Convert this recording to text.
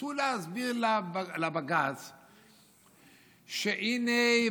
שניסו להסביר לבג"ץ שהינה,